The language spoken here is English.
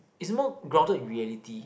is more grounded in reality